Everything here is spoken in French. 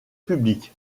public